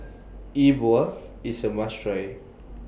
Yi Bua IS A must Try